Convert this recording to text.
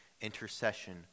intercession